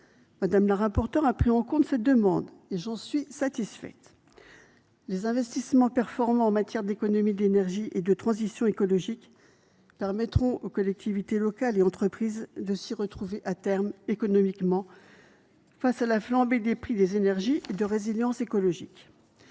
Mme la rapporteure a pris en compte cette demande, et j’en suis satisfaite. Les investissements performants en matière d’économies d’énergie et de transition écologique permettront aux collectivités locales et entreprises de s’y retrouver à terme économiquement face à la flambée des prix des énergies et de résilience écologique.